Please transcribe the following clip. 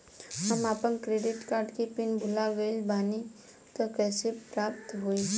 हम आपन credit card के पिन भुला गइल बानी त कइसे प्राप्त होई?